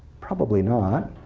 probably not.